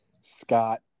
Scott